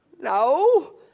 No